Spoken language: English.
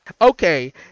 okay